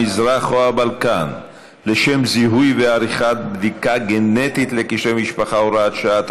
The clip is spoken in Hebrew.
המזרח או הבלקן לשם זיהוי ועריכת בדיקה גנטית לקשרי משפחה (הוראת שעה),